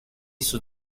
sus